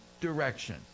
direction